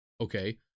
Okay